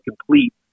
complete